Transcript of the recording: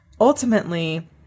Ultimately